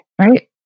Right